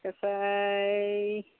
কেঁচাই